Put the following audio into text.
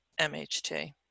MHT